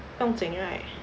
不用紧 right